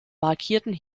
markierten